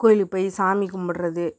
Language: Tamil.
கோயிலுக்கு போய் சாமி கும்பிட்றது